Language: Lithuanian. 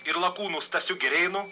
ir lakūnu stasio girėno